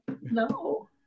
No